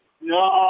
No